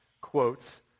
quotes